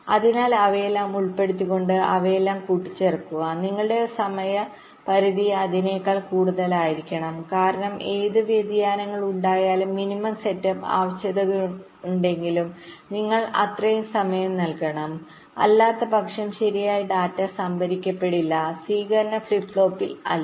അതിനാൽ അവയെല്ലാം ഉൾപ്പെടുത്തിക്കൊണ്ട് അവയെല്ലാം കൂട്ടിച്ചേർക്കുക നിങ്ങളുടെ സമയപരിധി അതിനേക്കാൾ കൂടുതലായിരിക്കണം കാരണം ഏത് വ്യതിയാനങ്ങൾ ഉണ്ടായാലും മിനിമം സെറ്റപ്പ് ആവശ്യകതയുണ്ടെങ്കിലും നിങ്ങൾ അത്രയും സമയം നൽകണം അല്ലാത്തപക്ഷം ശരിയായ ഡാറ്റ സംഭരിക്കപ്പെടില്ല സ്വീകരിക്കുന്ന ഫ്ലിപ്പ് ഫ്ലോപ്പിൽ അല്ലേ